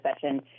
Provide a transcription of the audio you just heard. session